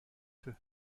peu